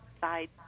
side